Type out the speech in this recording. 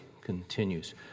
continues